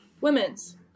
Women's